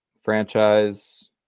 Franchise